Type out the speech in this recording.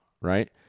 right